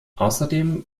außerdem